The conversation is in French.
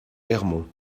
ermont